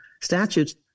statutes